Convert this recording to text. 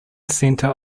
center